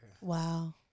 Wow